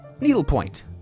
needlepoint